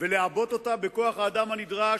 לעבות אותה בכוח האדם הנדרש,